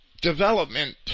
development